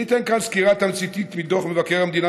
אני אתן כאן סקירה תמציתית מדוח מבקר המדינה,